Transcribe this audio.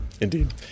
indeed